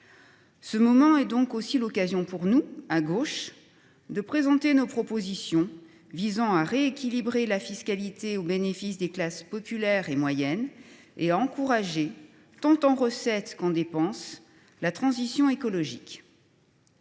Ce moment est donc aussi l’occasion pour nous, à gauche, de présenter nos propositions visant à rééquilibrer la fiscalité au bénéfice des classes populaires et moyennes, et à encourager, tant en recettes qu’en dépenses, la transition écologique.